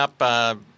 up –